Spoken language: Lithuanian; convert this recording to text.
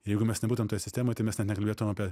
jeigu mes nebūtumėm toj sistemoj tai mes net nekalbėtume apie